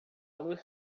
luz